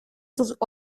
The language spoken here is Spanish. sus